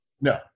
No